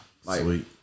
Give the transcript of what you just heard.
Sweet